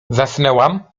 zasnęłam